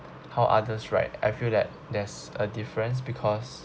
how others write I feel that there's a difference because